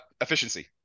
Efficiency